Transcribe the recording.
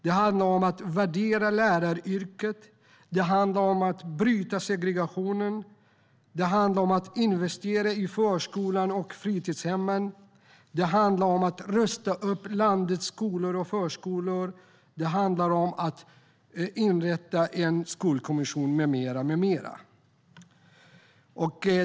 Det handlar om att värdera läraryrket. Det handlar om att bryta segregationen. Det handlar om att investera i förskolorna och fritidshemmen. Det handlar om att rusta upp landets skolor och förskolor. Och det handlar om att inrätta en skolkommission med mera.